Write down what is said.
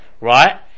right